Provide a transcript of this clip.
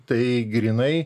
tai grynai